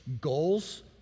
goals